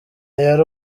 yari